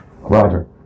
Roger